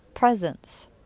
presence